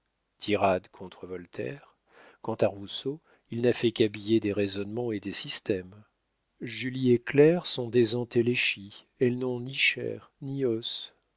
tirade contre voltaire quant à rousseau il n'a fait qu'habiller des raisonnements et des systèmes julie et claire sont des entéléchies elles n'ont ni chair ni os